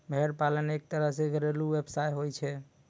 भेड़ पालन एक तरह सॅ घरेलू व्यवसाय होय छै